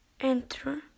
Enter